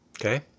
Okay